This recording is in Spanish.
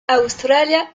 australia